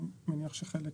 אני מניח שאת